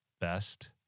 Best